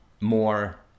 more